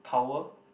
power